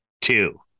two